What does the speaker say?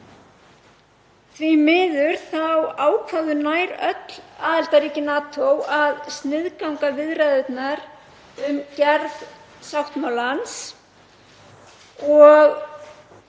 Því miður ákváðu nær öll aðildarríki NATO að sniðganga viðræður um gerð sáttmálans og